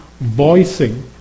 voicing